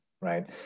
right